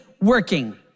working